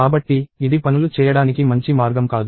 కాబట్టి ఇది పనులు చేయడానికి మంచి మార్గం కాదు